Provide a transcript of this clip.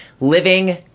living